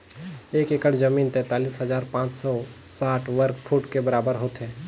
एक एकड़ जमीन तैंतालीस हजार पांच सौ साठ वर्ग फुट के बराबर होथे